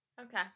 Okay